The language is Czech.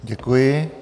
Děkuji.